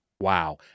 Wow